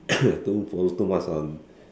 don't follow too much on